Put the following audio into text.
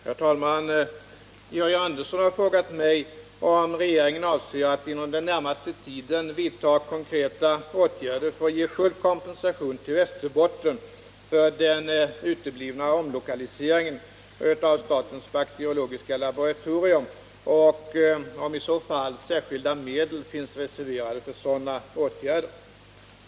Herr talman! Georg Andersson har frågat mig om regeringen avser att inom den närmaste tiden vidta konkreta åtgärder för att ge full kompensation till Västerbotten för den uteblivna omlokaliseringen av statens bakteriologiska laboratorium och om i så fall särskilda medel finns reserverade för sådana åtgärder.